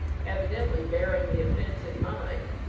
evidently bearing the offence in mind,